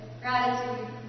gratitude